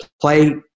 play